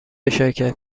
شرکت